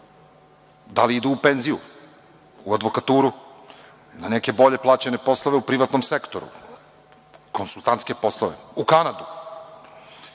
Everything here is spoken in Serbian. da li idu u penziju, u advokaturu, na neke bolje plaćene poslove u privatnom sektoru, konsultantske poslove, u Kanadu?